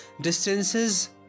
Distances